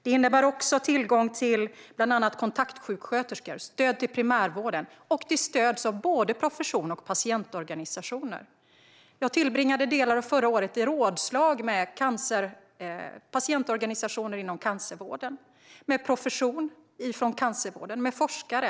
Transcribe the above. Det innebär tillgång till bland annat kontaktsjuksköterskor, stöd till primärvården och stöd till både profession och patientorganisationer. Jag tillbringade delar av förra året i rådslag med patientorganisationer inom cancervården, profession från cancervården och forskare.